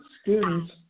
students